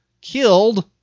killed